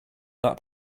that